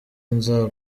nza